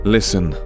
Listen